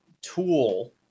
tool